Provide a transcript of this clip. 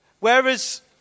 Whereas